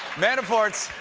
manafort's